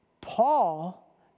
Paul